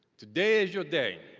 today is your day.